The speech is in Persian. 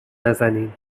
نزنین